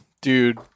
dude